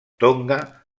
tonga